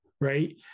Right